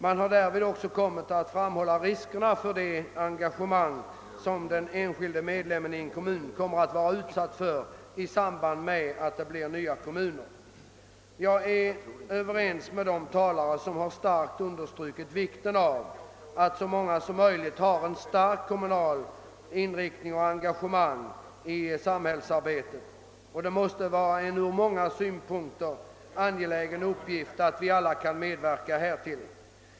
Man har därvid också kommit att framhålla risken för uteblivet personligt engagemang hos den enskilde medlemmen i den nya större kommunen. Jag är överens med de talare som understrukit vikten av att så många som möjligt har ett starkt kommunalt engagemang. Det måste ur många synpunkter vara en angelägen uppgift för oss alla att medverka härtill.